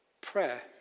prayer